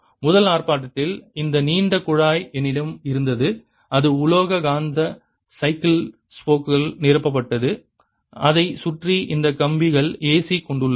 முதல் ஆர்ப்பாட்டத்தில் இந்த நீண்ட குழாய் என்னிடம் இருந்தது இது உலோக காந்த சைக்கிள் ஸ்போக்களால் நிரப்பப்பட்டது அதைச் சுற்றி இந்த கம்பிகள் AC கொண்டுள்ளது